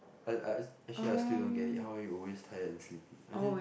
I I ac~ actually I still don't get it how are you always tired and sleepy I think